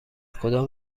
کدام